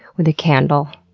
with a candle,